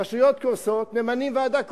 רשויות קורסות, ממנים ועדה קרואה,